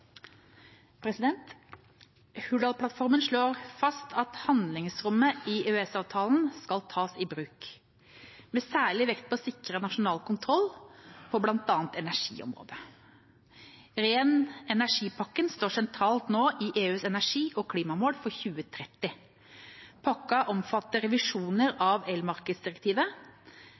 slår fast at handlingsrommet i EØS-avtalen skal tas i bruk, med særlig vekt på å sikre nasjonal kontroll på bl.a. energiområdet. Ren energi-pakka står sentralt for å nå EUs energi- og klimamål for 2030. Pakka omfatter revisjoner av elmarkedsdirektivet,